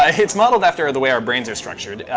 ah it's modeled after the way our brains are structured.